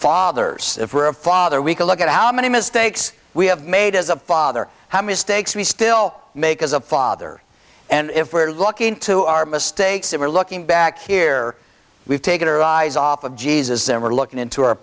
fathers for a father we can look at how many mistakes we have made as a father how mistakes we still make as a father and if we're looking to our mistakes that were looking back here we've taken our eyes off of jesus and we're looking into our